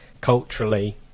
culturally